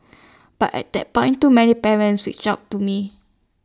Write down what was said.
but at that point too many parents reached out to me